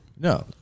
No